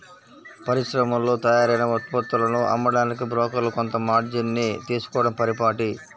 పరిశ్రమల్లో తయారైన ఉత్పత్తులను అమ్మడానికి బ్రోకర్లు కొంత మార్జిన్ ని తీసుకోడం పరిపాటి